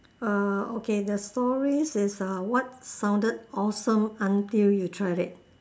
uh okay the stories is uh what sounded awesome until you tried it